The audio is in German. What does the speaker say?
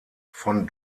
von